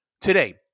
today